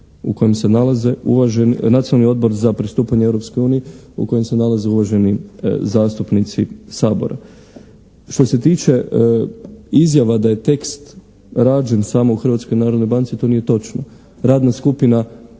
u kojem se nalaze, Nacionalni odbor za pristupanje Europskoj uniji u kojem se nalaze uvaženi zastupnici Sabora. Što se tiče izjava da je tekst rađen samo u Hrvatskoj narodnoj banci, to nije točno. Radna skupina